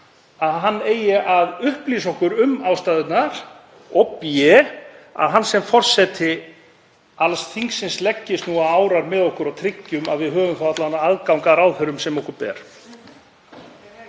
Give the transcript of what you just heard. að hann eigi að upplýsa okkur um ástæðurnar, og B, að hann sem forseti alls þingsins leggist á árar með okkur og tryggi að við höfum þá alla vega aðgang að ráðherrum sem okkur ber.